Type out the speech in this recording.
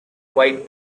white